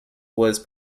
was